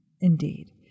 Indeed